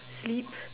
sleep